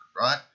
right